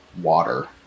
water